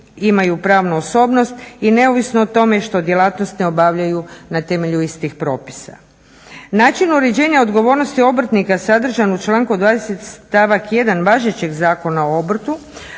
imaju pravnu osobnost i neovisno o tome što djelatnost ne obavljaju na temelju istih propisa. Način uređenja odgovornosti obrtnika sadržan u članku 20. stavak 1. važećeg Zakona o obrtu